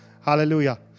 Hallelujah